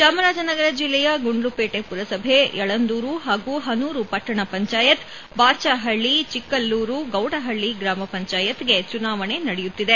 ಚಾಮರಾಜನಗರ ಜಿಲ್ಲೆಯ ಗುಂಡ್ಲುವೇಣೆ ಪುರಸಭೆ ಯಳಂದೂರು ಹಾಗೂ ಹನೂರು ಪಟ್ಟಣ ಪಂಚಾಯತ್ ಬಾಚಹಳ್ಳಿ ಚೆಕ್ಕಲ್ಲೂರು ಗೌಡಹಳ್ಳಿ ಗ್ರಾಮ ಪಂಚಾಯತ್ ಗೆ ಚುನಾವಣೆ ನಡೆಯುತ್ತಿದೆ